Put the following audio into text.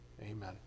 Amen